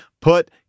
Put